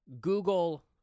Google